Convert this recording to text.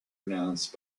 announced